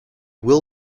will